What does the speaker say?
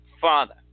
Father